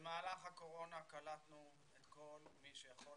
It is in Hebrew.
שבמהלך הקורונה קלטנו את כל מי שיכול